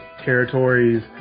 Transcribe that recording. territories